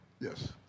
Yes